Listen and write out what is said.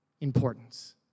importance